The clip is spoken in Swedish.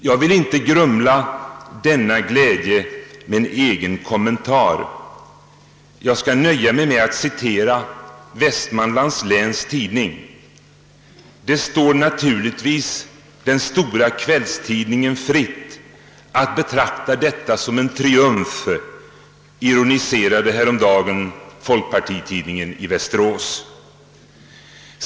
Jag vill inte grumla denna glädje med någon egen kommen tar, utan jag skall nöja mig med att citera Västmanlands läns tidning. »Det står naturligtvis den stora kvällstidningen fritt att betrakta detta som en triumf« — så ironiserade häromdagen folkpartitidningen i Västerås.